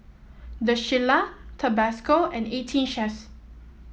The Shilla Tabasco and Eighteen Chef